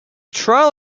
trial